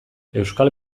euskal